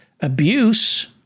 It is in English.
abuse